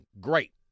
Great